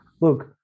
look